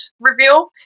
reveal